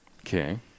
Okay